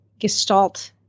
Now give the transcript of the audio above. gestalt